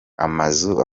amazu